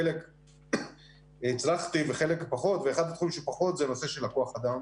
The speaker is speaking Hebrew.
חלק הצלחתי וחלק פחות אחד התחומים שפחות זה נושא של כוח אדם